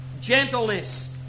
gentleness